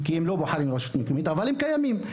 אבל הם קיימים,